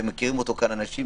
ומכירים אותו כאן אנשים,